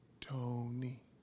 Tony